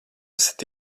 esat